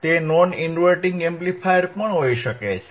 તે non inverting amplifier પણ હોઈ શકે છે